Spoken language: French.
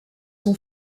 son